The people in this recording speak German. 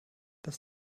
das